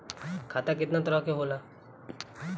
खाता केतना तरह के होला?